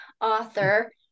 author